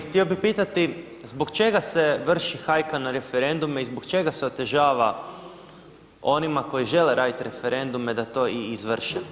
Htio bih pitati zbog čega se vrši hajka na referendume i zbog čega se otežava onima koji žele raditi referendume da to i izvrše.